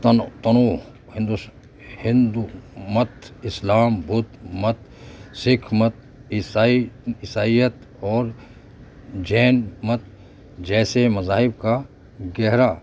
تنوع تنوع ہندو ہندومت اسلام بدھ مت سکھ مت عیسائی عیسائیت اور جین مت جیسے مذاہب کا گہرا